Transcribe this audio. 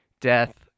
death